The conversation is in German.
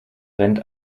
rennt